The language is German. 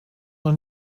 noch